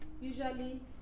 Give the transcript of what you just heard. usually